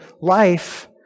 life